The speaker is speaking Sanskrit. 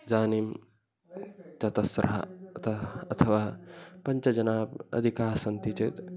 इदानीं चतस्रः अतः अथवा पञ्च जनाः अधिकाः सन्ति चेत्